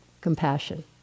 compassion